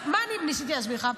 מה ניסיתי להסביר לך?